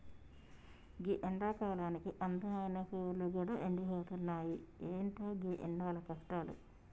గీ ఎండకాలానికి అందమైన పువ్వులు గూడా ఎండిపోతున్నాయి, ఎంటో గీ ఎండల కష్టాలు